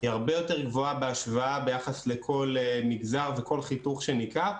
היא הרבה יותר גבוהה ביחס לכל מגזר וכל חיתוך שניקח,